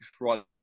right